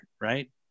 right